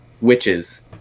witches